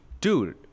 Dude